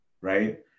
right